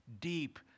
deep